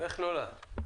איך נולד?